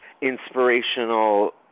Inspirational